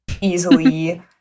easily